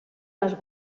les